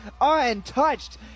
untouched